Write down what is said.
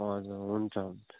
हजुर हुन्छ हुन्छ